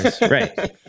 right